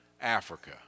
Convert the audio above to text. Africa